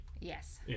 Yes